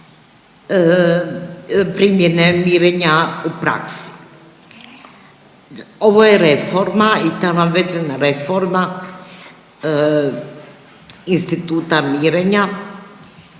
primjene mirenja u praksi. Ovo je reforma i ta …/Govornik se ne razumije/…reforma instituta mirenja